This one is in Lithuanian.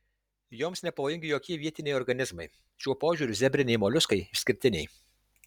joms nepavojingi jokie vietiniai organizmai šiuo požiūriu zebriniai moliuskai išskirtiniai